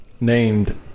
named